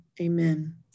Amen